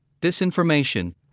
disinformation